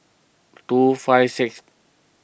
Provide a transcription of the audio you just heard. two five six